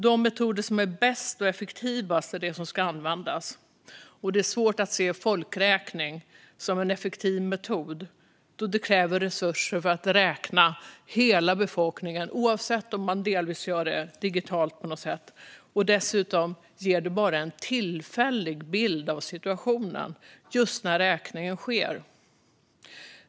De metoder som är bäst och effektivast är de som ska användas, och det är svårt att se en folkräkning som en effektiv metod då det krävs resurser för att räkna hela befolkningen, oavsett om det delvis sker digitalt. Dessutom ger det bara en bild av situationen just när räkningen sker.